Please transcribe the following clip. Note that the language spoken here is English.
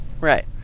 right